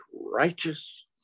righteous